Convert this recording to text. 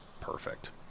perfect